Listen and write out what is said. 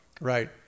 right